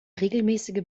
regelmäßige